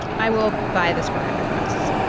i will buy this for a hundred bucks